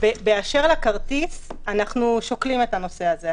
--- באשר לכרטיס אנחנו שוקלים את הנושא הזה.